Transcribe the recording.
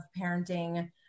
parenting